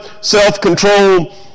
self-control